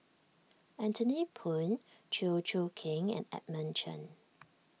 Anthony Poon Chew Choo Keng and Edmund Chen